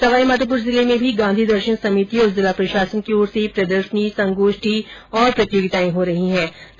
सवाईमाधोपुर जिले में भी गांधी दर्शन समिति और जिला प्रशासन की ओर से प्रदर्शनी संगोष्ठी और प्रतियोगिताओं के आयोजन किये जा रहे है